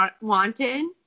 wanted